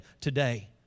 today